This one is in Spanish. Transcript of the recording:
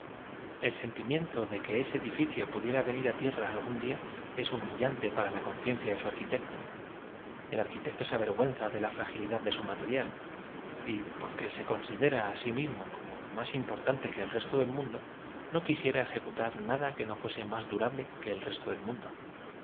sentimiento de que ese edificio pudiera ven ir á tierra algán día es hu millante para la conciencia de su arquitecto el arqui tecto se avergaen za de la fragilidad de su material y porque se considera d i mismo como más im por tante que el resto del mundo no quisiera ejecutar nada que no fuese más durable que el resto del mundo